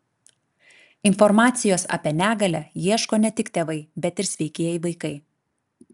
informacijos apie negalią ieško ne tik tėvai bet ir sveikieji vaikai